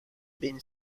been